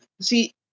see